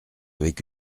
avec